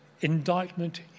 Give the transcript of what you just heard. indictment